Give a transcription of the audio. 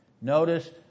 Notice